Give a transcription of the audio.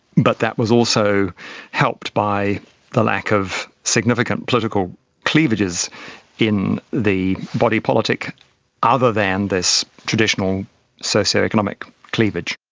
but that was also helped by the lack of significant political cleavages in the body politic other than this traditional socio-economic cleavage.